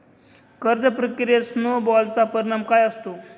कर्ज प्रक्रियेत स्नो बॉलचा परिणाम काय असतो?